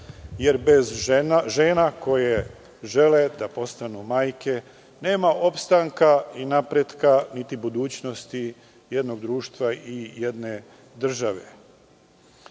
jer bez žena koje žele da postanu majke, nema opstanka i napretka, niti budućnosti jednog društva i jedne države. Dakle,